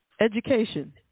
Education